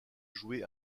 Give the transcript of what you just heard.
joué